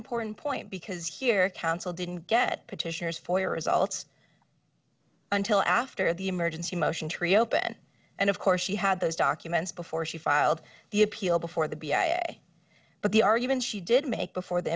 important point because here counsel didn't get petitioners for your results until after the emergency motion to reopen and of course she had those documents before she filed the appeal before the b a a but the arguments she did make